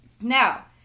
Now